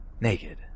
naked